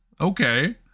okay